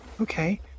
Okay